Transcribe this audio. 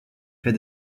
fait